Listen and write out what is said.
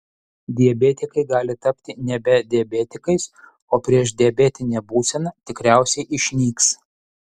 diabetikai gali tapti nebe diabetikais o priešdiabetinė būsena tikriausiai išnyks